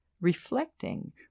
reflecting